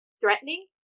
threatening